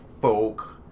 folk